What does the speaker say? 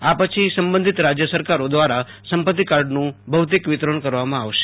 આ પછી સંબંધિત રાજ્ય સરકારો દ્વારા સંપત્તિ કાર્ડનું ભૌતિક વિતરણ કરવામાં આવશે